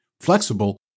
flexible